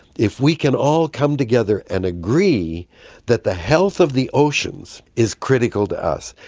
if we can all come together and agree that the health of the oceans is critical to us,